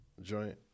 joint